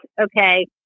okay